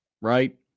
right